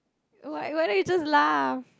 why why don't you just laugh